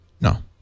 No